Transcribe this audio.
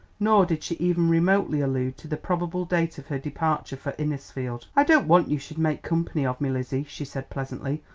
nor did she even remotely allude to the probable date of her departure for innisfield. i don't want you should make company of me, lizzie, she said pleasantly,